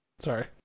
Sorry